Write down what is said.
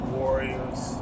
warriors